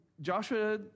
Joshua